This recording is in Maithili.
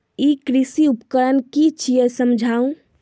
ई कृषि उपकरण कि छियै समझाऊ?